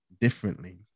differently